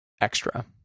extra